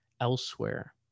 elsewhere